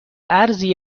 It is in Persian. ارزی